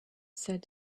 said